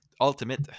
Ultimate